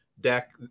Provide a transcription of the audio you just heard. deck